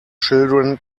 children